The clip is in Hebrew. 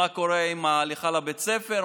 מה קורה עם ההליכה לבית הספר?